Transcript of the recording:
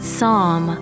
Psalm